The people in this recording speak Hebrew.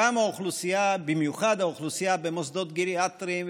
בייחוד האוכלוסייה במוסדות גריאטריים,